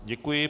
Děkuji.